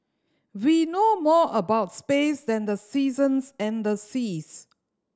we know more about space than the seasons and the seas